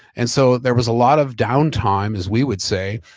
and so there was a lot of down time as we would say,